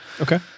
okay